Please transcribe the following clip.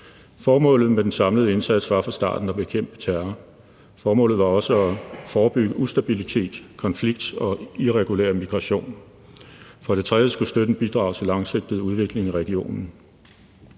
Formålet med den samlede indsats var fra starten at bekæmpe terror. Formålet var også at forebygge ustabilitet, konflikt og irregulær migration. Desuden skulle støtten bidrage til langsigtet udvikling i regionen.